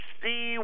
see